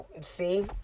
see